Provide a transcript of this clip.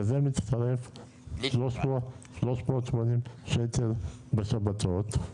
לזה מצטרף 380 שקלים בשבתות,